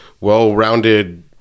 well-rounded